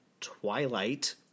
Twilight